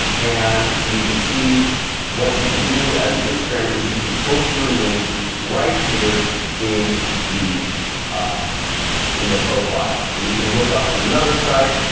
and you can see what you can do as an instagramer is you can post your link right here in the ah in the profile. and we can look up another site.